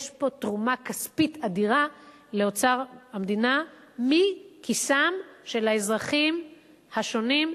יש פה תרומה כספית אדירה לאוצר המדינה מכיסם של האזרחים השונים.